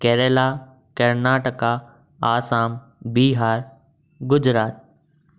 Kerala Karnataka Assam Bihar Gujarat